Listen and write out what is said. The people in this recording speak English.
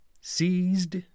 seized